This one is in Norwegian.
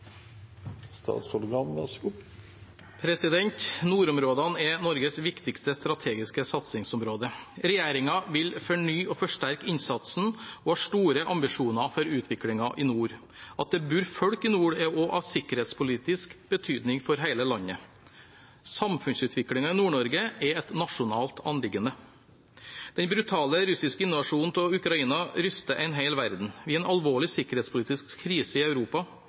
Nordområdene er Norges viktigste strategiske satsingsområde. Regjeringen vil fornye og forsterke innsatsen og har store ambisjoner for utviklingen i nord. At det bor folk i nord, er også av sikkerhetspolitisk betydning for hele landet. Samfunnsutviklingen i Nord-Norge er et nasjonalt anliggende. Den brutale, russiske invasjonen av Ukraina ryster en hel verden. Vi har en alvorlig sikkerhetspolitisk krise i Europa.